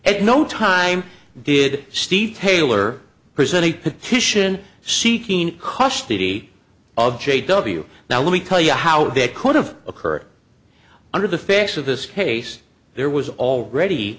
at no time did steve taylor present a petition seeking custody of j w now let me tell you how that could have occurred under the facts of this case there was already